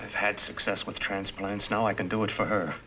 i've had success with transplants now i can do it for